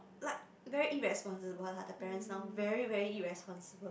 like very irresponsible lah the parents now very very irresponsible